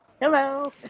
Hello